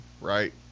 Right